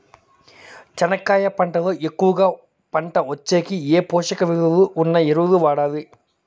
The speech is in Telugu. చెనక్కాయ పంట లో ఎక్కువగా పంట వచ్చేకి ఏ పోషక విలువలు ఉన్న ఎరువులు వాడాలి?